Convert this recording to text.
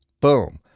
Boom